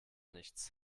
nichts